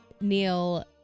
Neil